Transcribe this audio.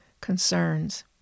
concerns